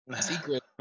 secret